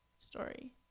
story